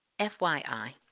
FYI